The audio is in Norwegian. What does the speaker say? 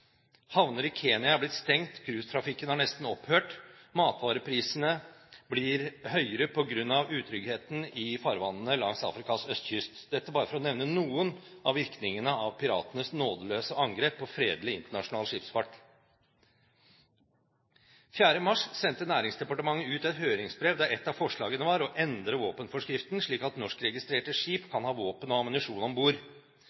Havner i Kenya er blitt stengt, cruisetrafikken har nesten opphørt, matvareprisene blir høyere på grunn av utryggheten i farvannene langs Afrikas østkyst – dette bare for å nevne noen av virkningene av piratenes nådeløse angrep på fredelig internasjonal skipsfart. Den 4. mars sendte Næringsdepartementet ut et høringsbrev, der ett av forslagene var å endre våpenforskriften slik at norskregistrerte skip